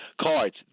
cards